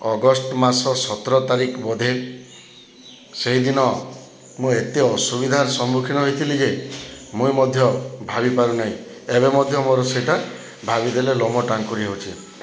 ଅଗଷ୍ଟ୍ ମାସ ସତ୍ର ତାରିଖ୍ ବୋଧେ ସେହିଦିନ ମୁଁ ଏତେ ଅସୁବିଧାର୍ ସମ୍ମୁଖୀନ ହେଇଥିଲି ଯେ ମୁଇଁ ମଧ୍ୟ ଭାବିପାରୁନାହିଁ ଏବେ ମଧ୍ୟ ମୋର ସେଇଟା ଭାବିଦେଲେ ଲୋମ ଟାଙ୍କୁରି ହଉଚି